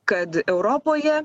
kad europoje